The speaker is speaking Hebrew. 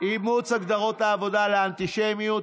אימוץ הגדרות העבודה לאנטישמיות.